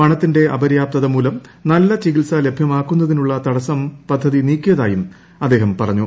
പണത്തിന്റെ അപര്യാപ്തത മൂലം നല്ല ചികിത്സ ലഭ്യമാക്കുന്നതിനുള്ള തട്ടസ്സം പദ്ധതി നീക്കിയതായും അദ്ദേഹം പറഞ്ഞു